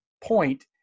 point